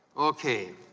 okay,